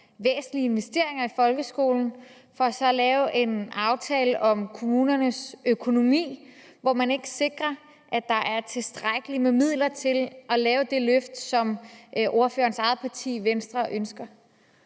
væsentlige investeringer i folkeskolen, for så at lave en aftale om kommunernes økonomi, hvor man ikke sikrer, at der er tilstrækkeligt med midler til at lave det løft, som ordførerens eget parti, Venstre, ønsker?